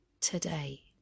today